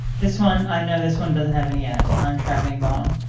this one, i know this one doesn't have any ads, time traveling bong.